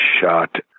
shot